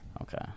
Okay